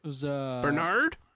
Bernard